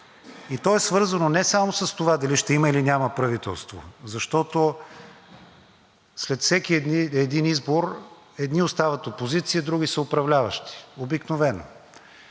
И то е свързано не само с това дали ще има, или няма правителство, защото след всеки един избор обикновено едни остават опозиция, други са управляващи, но